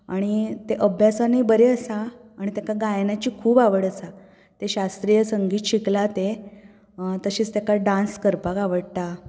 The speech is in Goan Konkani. आनी तें अभ्यासानूय बरें आसा आनी ताका गायनाची खूब आवड आसा तें शास्त्रीय संगीत शिकलां तें तशेंच ताका डांस करपाक आवडटा